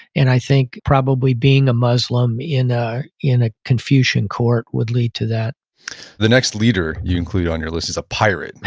and i think probably being a muslim in ah in a confucian court would lead to that the next leader you included on your list is a pirate,